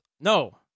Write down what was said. No